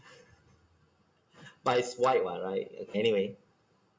but it's white [what] right anyway